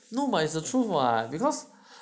no but it's the truth what because